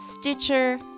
Stitcher